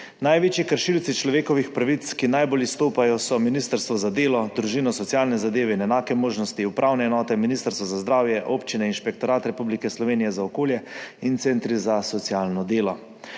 Največji kršilci človekovih pravic, ki najbolj izstopajo, so Ministrstvo za delo, družino, socialne zadeve in enake možnosti, upravne enote, Ministrstvo za zdravje, občine, Inšpektorat Republike Slovenije za okolje in centri za socialno delo.